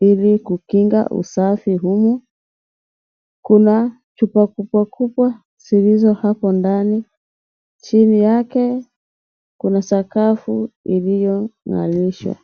ili kukinga usafi humo, kuna chupa kubwa kubwa zilizo hapo ndani chini yake kuna sakafu iliyo ngarishwa.